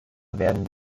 werden